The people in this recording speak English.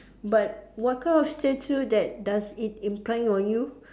but what kind of statue that does it implying on you